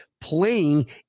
playing